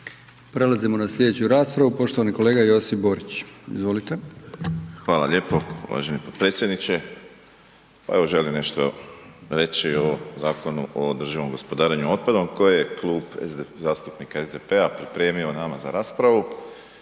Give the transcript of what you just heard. Prelazimo na slijedeću raspravu poštovani kolega Josip Borić, izvolite. **Borić, Josip (HDZ)** Hvala lijepo uvaženi potpredsjedniče. Pa evo želim nešto reći o Zakonu o održivom gospodarenju otpadom koji je Klub zastupnika SDP-a pripremio nama za raspravu